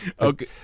Okay